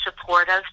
supportive